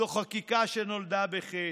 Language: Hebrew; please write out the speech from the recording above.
זו חקיקה שנולדה בחטא.